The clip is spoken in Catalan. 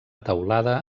teulada